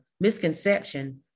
misconception